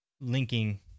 linking